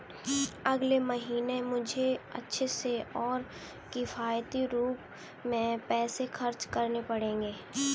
अगले महीने मुझे अच्छे से और किफायती रूप में पैसे खर्च करने पड़ेंगे